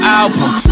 album